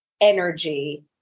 energy